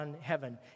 heaven